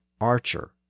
archer